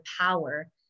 power